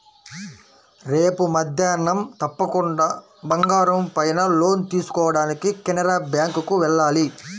రేపు మద్దేన్నం తప్పకుండా బంగారం పైన లోన్ తీసుకోడానికి కెనరా బ్యేంకుకి వెళ్ళాలి